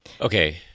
Okay